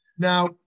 Now